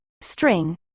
string